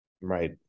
right